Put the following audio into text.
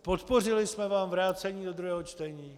Podpořili jsme vám vrácení do druhého čtení.